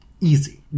Easy